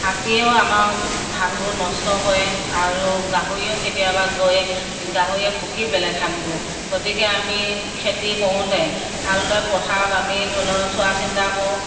হাতীয়েও আমাৰ ধানবোৰ নষ্ট কৰে আৰু গাহৰিও কেতিয়াবা গৈ গাহৰি ফুকি পেলাই ধানবোৰ গতিকে আমি খেতি কৰোঁতে ভালদৰে পথাৰত আমি ধৰি লওক চোৱা চিন্তা কৰোঁ